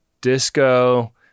Disco